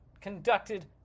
conducted